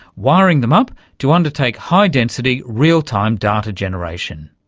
wiring them up to undertake high density real-time data generation.